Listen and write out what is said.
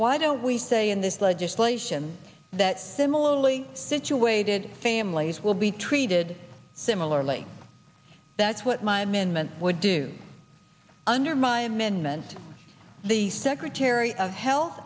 why don't we say in this legislation that similarly situated families will be treated similarly that's what my men men would do under my amendment the secretary of health